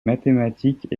mathématiques